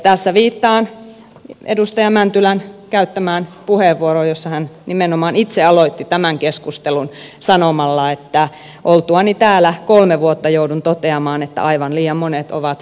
tässä viittaan edustaja mäntylän käyttämään puheenvuoroon jossa hän nimenomaan itse aloitti tämän keskustelun sanomalla että oltuani täällä kolme vuotta joudun toteamaan että aivan liian monet ovat vieraantuneita